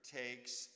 takes